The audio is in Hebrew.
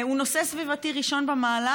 הוא נושא סביבתי ראשון במעלה.